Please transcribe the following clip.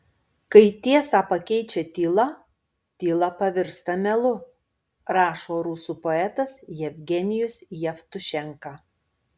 kai tiesą pakeičia tyla tyla pavirsta melu rašo rusų poetas jevgenijus jevtušenka